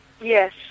Yes